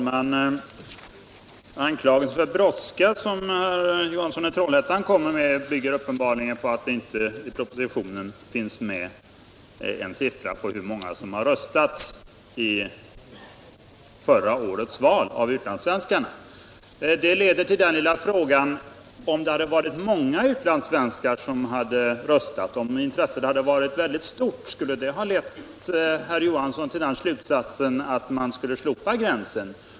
Herr talman! Herr Johanssons i Trollhättan anklagelse för brådska bygger uppenbarligen på att det inte i propositionen finns angivet någon siffra på hur många av utlandssvenskarna som röstade vid förra årets val. Det leder till frågan: Om många utlandssvenskar har röstat, om intresset alltså har varit väldigt stort, drar herr Johansson då den slutsatsen att tidsgränsen bör slopas?